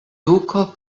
duko